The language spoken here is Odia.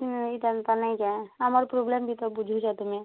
ଆମର୍ ପ୍ଲୋବେମ୍ ବି ତ ବୁଝୁଛ ତୁମେ